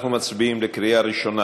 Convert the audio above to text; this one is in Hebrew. אנחנו מצביעים בקריאה ראשונה